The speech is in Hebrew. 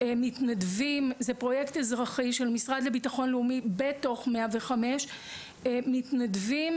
זה פרויקט אזרחי של משרד לביטחון לאומי בתוך 105. מתנדבים